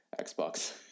Xbox